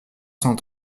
cent